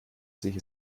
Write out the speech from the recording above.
sich